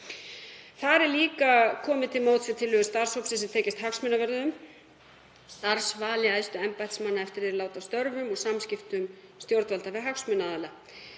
Þarna er líka komið til móts við tillögur starfshóps sem tengjast hagsmunavörðum, starfsvali æðstu embættismanna eftir að þeir láta af störfum og samskiptum stjórnvalda við hagsmunaaðila.